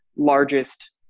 largest